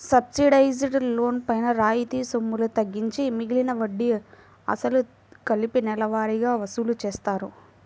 subsidised loan పైన రాయితీ సొమ్ములు తగ్గించి మిగిలిన వడ్డీ, అసలు కలిపి నెలవారీగా వసూలు చేస్తారు